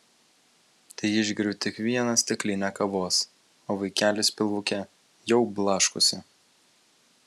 teišgeriu tik vieną stiklinę kavos o vaikelis pilvuke jau blaškosi